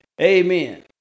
Amen